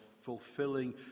fulfilling